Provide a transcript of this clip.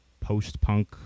post-punk